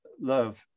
Love